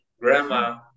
grandma